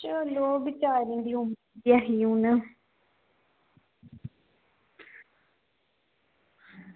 चलो ओह् बेचारी दी उम्र गै ही हून